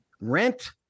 rent